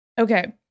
Okay